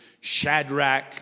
Shadrach